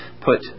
put